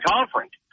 Conference